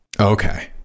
okay